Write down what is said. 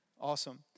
Awesome